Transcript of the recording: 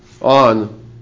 on